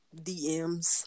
DMs